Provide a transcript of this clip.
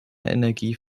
energie